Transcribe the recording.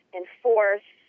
enforce